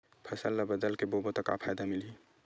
फसल ल बदल के बोबो त फ़ायदा मिलही?